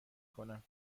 کنم